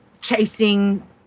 chasing